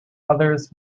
others